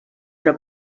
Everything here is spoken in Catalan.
però